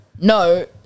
No